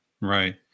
right